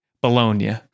Bologna